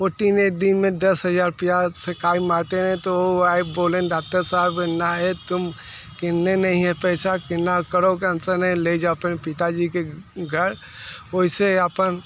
वो तीन दिन में दस हज़ार रुपये से काई मारते हैं तो वो बोले डाक्टर साहब ना आए तुम किन्ने नहीं है पैसा किन्ना करो कैंसन है ले जाओ अपने पिता जी के घर वैसे अपन